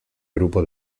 grupo